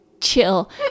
Chill